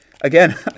again